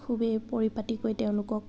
খুবেই পৰিপাটিকৈ তেওঁলোকক